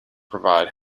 provide